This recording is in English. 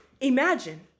Imagine